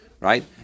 Right